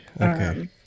Okay